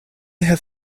have